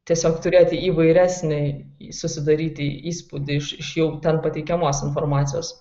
tiesiog turėti įvairesnį susidaryti įspūdį iš iš jau ten pateikiamos informacijos